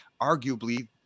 arguably